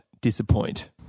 disappoint